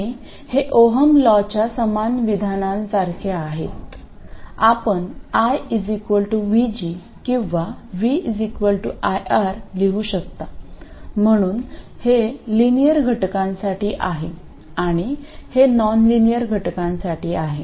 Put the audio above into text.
आणि हे ओहम लॉच्याOhms law समान विधानांसारखे आहेत आपण I VG किंवा V IR लिहू शकता म्हणून हे लिनियर घटकांसाठी आहे आणि हे नॉनलिनियर घटकांसाठी आहे